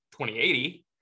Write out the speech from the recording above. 2080